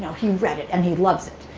he read it and he loves it.